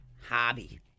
Hobby